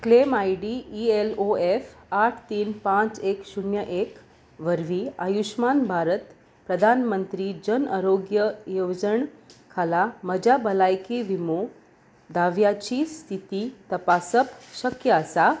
claim I D E L O F आठ तीन पांच एक शुन्य एक वरवीं आयुश्मान भारत प्रधानमंत्री जन आरोग्य येवजण खाला म्हज्या भलायकी विमो दाव्याची स्थिती तपासप शक्य आसा